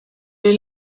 est